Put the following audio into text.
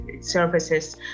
services